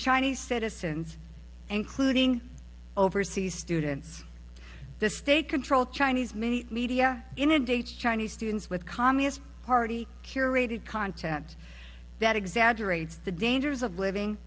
chinese citizens including overseas students to state controlled chinese media in a day chinese students with communist party curated content that exaggerates the dangers of living